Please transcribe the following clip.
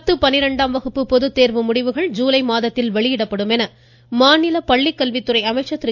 பத்து பனிரெண்டாம் வகுப்பு பொதுத்தேர்வு முடிவுகள் ஜுலை மாதத்தில் வெளியிடப்படும் என மாநில பள்ளிக்கல்வித்துறை அமைச்சர் திரு